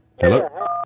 Hello